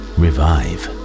revive